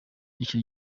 icyi